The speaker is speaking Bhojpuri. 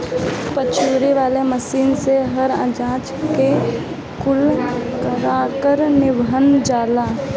पछोरे वाला मशीन से हर अनाज कअ कूड़ा करकट निकल जाला